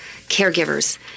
caregivers